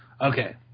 Okay